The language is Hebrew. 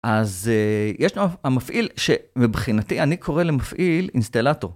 אז ישנו המפעיל שמבחינתי אני קורא למפעיל אינסטלטור